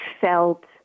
felt